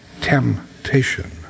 Temptation